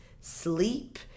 sleep